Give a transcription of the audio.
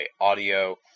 Audio